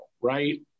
right